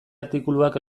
artikuluak